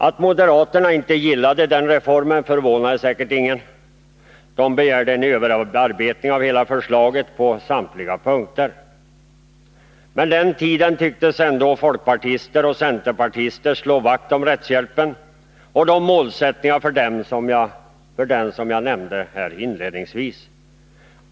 Att moderaterna inte gillade den reformen förvånade säkert ingen. De begärde en överarbetning av hela förslaget på samtliga punkter. Men på den tiden tycktes ändå folkpartister och centerpartister slå vakt om rättshjälpen och de målsättningar för den som jag nämnde inledningsvis.